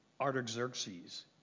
Artaxerxes